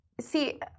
see